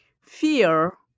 fear